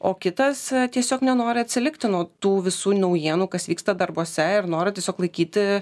o kitas tiesiog nenori atsilikti nuo tų visų naujienų kas vyksta darbuose ir noro tiesiog laikyti